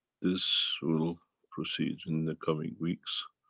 this will proceed in the coming weeks.